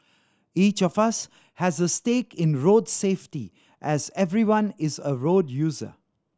each of us has a stake in road safety as everyone is a road user